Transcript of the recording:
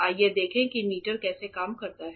आइए देखें कि मीटर कैसे काम करता है